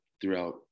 throughout